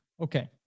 Okay